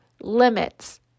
limits